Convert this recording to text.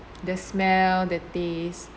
the smell the taste